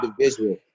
individual